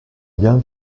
bien